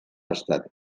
estat